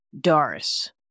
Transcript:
Doris